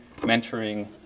mentoring